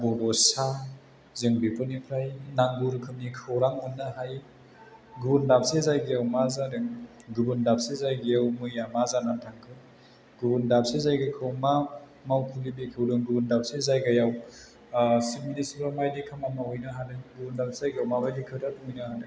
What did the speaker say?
बड'सा जों बेफोरनिफ्राय नांगौ रोखोमनि खौरां मोन्नो हायो गुबुन दाबसे जायगायाव मा जादों गुबुन दाबसे जायगायाव मैया मा जानानै थांखो गुबुन दाबसे जायगाखौ मा मावखुलि बेखेवदों गुबुन दाबसे जायगायाव सिब मिनिस्टारा माबायदि खामानि मावहैनो हादों गुबुन मोनसे जागायाव मा खोथा बुंहैनो हादों